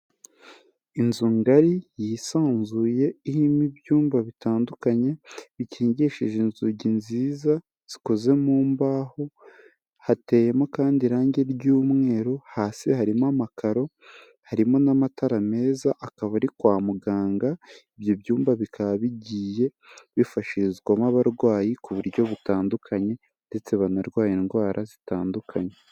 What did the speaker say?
Inzu ngari yisanzuye irimo ibyumba bitandukanye, bikingishije inzugi nziza zikoze mu mbaho, hateyemo kandi irangi ry'umweru, hasi harimo amakaro, harimo n'amatara meza, akaba ari kwa muganga, ibyo byumba bikaba bigiye bifashirizwamo abarwayi ku buryo butandukanye ndetse banarwaye indwara zitandukanye.